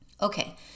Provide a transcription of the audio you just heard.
Okay